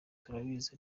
turabizi